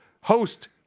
host